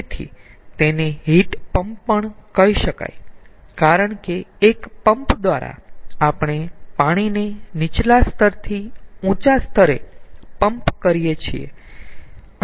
તેથી તેને heat pump પણ કહી શકાય કારણ કે એક પંપ દ્વારા આપણે પાણીને નીચલા સ્તરથી ઊંચા સ્તરે પંપ કરીયે છીએ